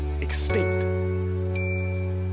extinct